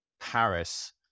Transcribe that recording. Paris